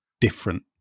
different